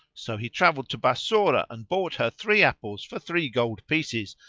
so he travelled to bassorah and bought her three apples for three gold pieces,